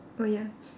oh ya